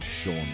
Sean